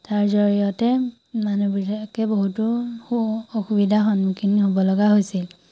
তাৰ জৰিয়তে মানুহবিলাকে বহুতো সু অসুবিধাৰ সন্মুখীন হ'ব লগা হৈছিল